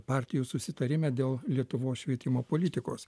partijų susitarime dėl lietuvos švietimo politikos